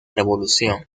revolución